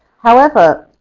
however,